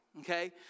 okay